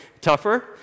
tougher